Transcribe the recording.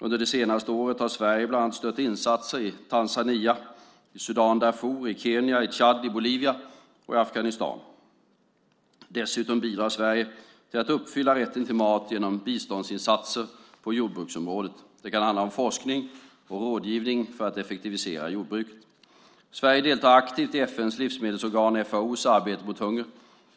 Under det senaste året har Sverige bland annat stött insatser i Tanzania, Darfur i Sudan, Kenya, Tchad, Bolivia och Afghanistan. Dessutom bidrar Sverige till att uppfylla rätten till mat genom biståndsinsatser på jordbruksområdet. Det kan handla om forskning och rådgivning för att effektivisera jordbruket. Sverige deltar aktivt i FN:s livsmedelsorgan FAO:s arbete mot hunger.